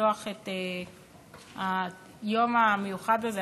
לפתוח את היום המיוחד הזה,